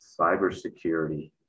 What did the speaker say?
cybersecurity